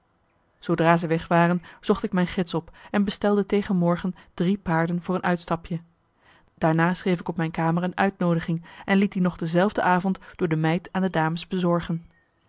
zoodra zij weg waren zocht ik mijn gids op en bestelde tegen morgen drie paarden voor een uitstapje daarna schreef ik op mijn kamer een uitnoodiging en marcellus emants een nagelaten bekentenis liet die nog dezelfde avond door de meid aan de dames bezorgen